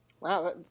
Wow